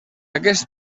aquest